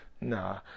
Nah